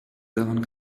daran